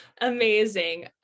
Amazing